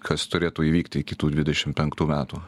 kas turėtų įvykti iki tų dvidešim penktų metų